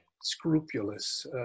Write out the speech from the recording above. scrupulous